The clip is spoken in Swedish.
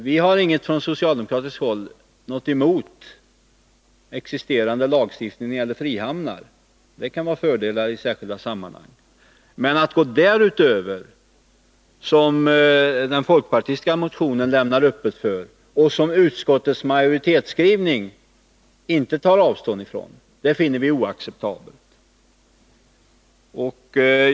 Vi har på socialdemokratiskt håll ingenting emot existerande lagstiftning när det gäller frihamnar, som kan medföra fördelar i särskilda sammanhang. Men vi finner det oacceptabelt att gå därutöver — något som den folkpartistiska motionen öppnar en dörr för och som utskottets majoritetsskrivning inte tar avstånd från.